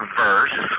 verse